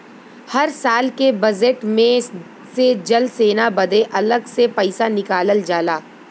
हर साल के बजेट मे से जल सेना बदे अलग से पइसा निकालल जाला